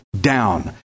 down